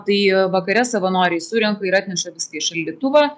tai vakare savanoriai surenka ir atneša viską į šaldytuvą